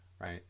Right